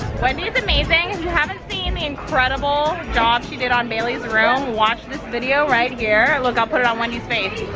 wendy is amazing, if you haven't seen the incredible job she did on bailey's room, watch this video right here, look, i'll put it on wendy's face.